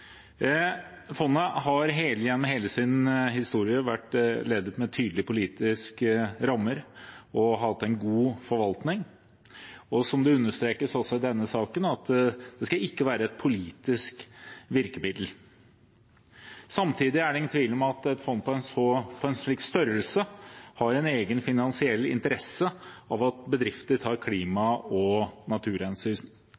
har hatt en god forvaltning. Og som det understrekes også i denne saken, skal det ikke være et politisk virkemiddel. Samtidig er det ingen tvil om at et fond på en slik størrelse har en egen finansiell interesse av at bedrifter tar